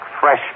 fresh